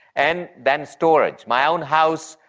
and then storage. my own house,